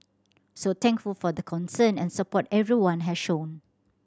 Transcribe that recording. so thankful for the concern and support everyone has shown